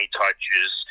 touches